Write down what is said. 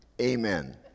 Amen